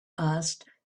asked